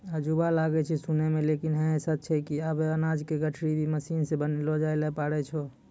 अजूबा लागै छै सुनै मॅ लेकिन है सच छै कि आबॅ अनाज के गठरी भी मशीन सॅ बनैलो जाय लॅ पारै छो